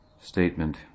statement